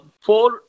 four